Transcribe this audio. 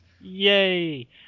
Yay